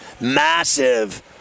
massive